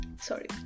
sorry